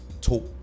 talk